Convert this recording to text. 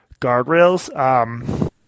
guardrails –